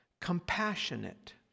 compassionate